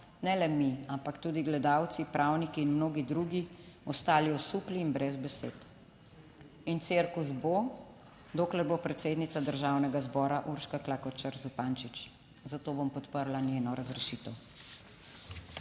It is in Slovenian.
ne le mi, ampak tudi gledalci, pravniki in mnogi drugi ostali osupli in brez besed. In cirkus bo, dokler bo predsednica državnega zbora Urška Klakočar Zupančič, zato bom podprla njeno razrešitev.